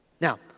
Now